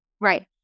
Right